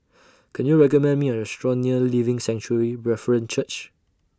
Can YOU recommend Me A Restaurant near Living Sanctuary Brethren Church